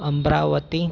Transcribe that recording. Amravati